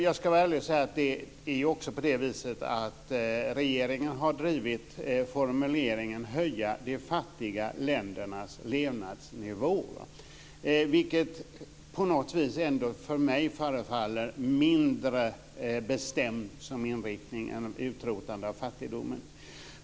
Jag ska vara ärlig och säga att regeringen har drivit formuleringen att höja de fattiga ländernas levnadsnivå, vilket för mig förefaller mindre bestämt som inriktning än utrotande av fattigdomen.